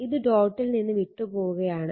ഇത് ഡോട്ടിൽ നിന്ന് വിട്ട് പോവുകയാണ്